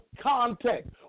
context